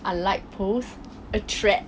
unlike poles attract